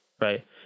right